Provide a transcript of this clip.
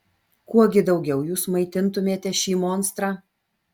kuo gi daugiau jūs maitintumėte šį monstrą